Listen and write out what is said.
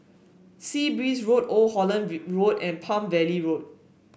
Sea Breeze Road Old Holland Road and Palm Valley Road